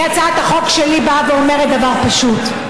כי הצעת החוק שלי באה ואומרת דבר פשוט: